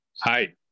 hi